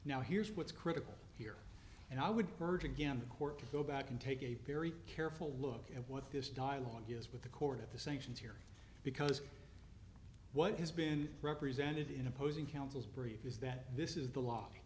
now here's what's critical here and i would urge again the court to go back and take a perry careful look at what this dialogue is with the court of the sanctions here because what has been represented in opposing counsel's brief is that this is the l